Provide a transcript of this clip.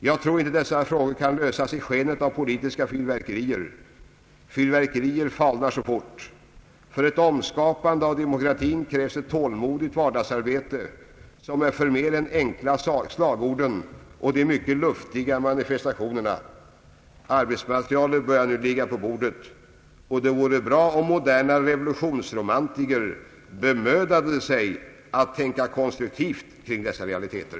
Jag tror inte dessa frågor kan lösas i skenet av politiska fyrverkerier. Fyrverkerier falnar så fort! För ett omskapande av demokratin krävs ett tålmodigt vardagsarbete, som är förmer än de enkla slagorden och de mycket luftiga manifestationerna. Vi är tacksamma över att arbetsmaterialet nu börjar läggas på bordet. Det vore bra om även moderna revolutionsromantiker bemödade sig att tänka konstruktivt kring dessa realiteter.